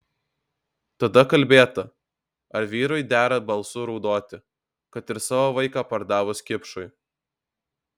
tada kalbėta ar vyrui dera balsu raudoti kad ir savo vaiką pardavus kipšui